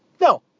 No